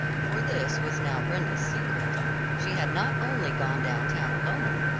for this was now brenda's secret she had not only gone down town alone,